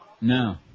No